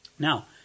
Now